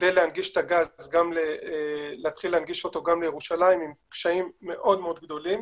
כדי להתחיל להנגיש את הגז גם לירושלים עם קשיים מאוד מאוד גדולים